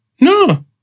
No